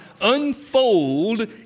unfold